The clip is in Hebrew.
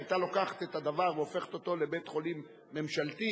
לוקחת את הדבר והופכת אותו לבית-חולים ממשלתי,